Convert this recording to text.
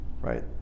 right